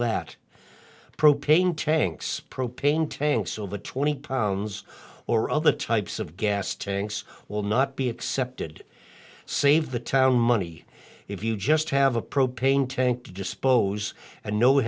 that propane tanks propane tanks over twenty pounds or other types of gas tanks will not be accepted save the town money if you just have a propane tank to dispose and no